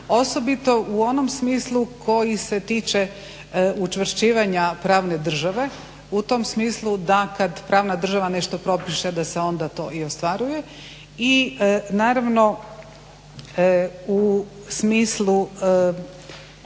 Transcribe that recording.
osobito u onom smislu koji se tiče učvršćivanja pravne države u tom smislu da kad pravna država nešto propiše da se onda to i ostvaruje i naravno, u smislu